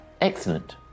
Excellent